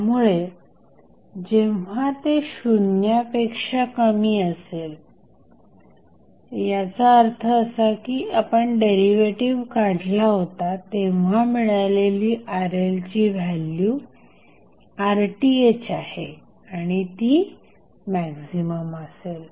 त्यामुळे जेव्हा ते शून्यपेक्षा कमी असेल याचा अर्थ असा की आपण डेरिव्हेटिव्ह काढला होता तेव्हा मिळालेली RLची व्हॅल्यू RTh आहे आणि ती मॅक्झिमम असेल